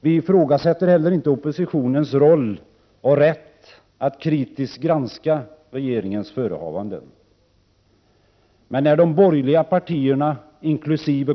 Vi ifrågasätter inte heller oppositionens roll och rätt att kritiskt granska regeringens förehavanden. Men när de borgerliga partierna inkl.